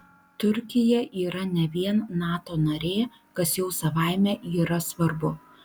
turkija yra ne vien nato narė kas jau savaime yra svarbu